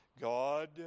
God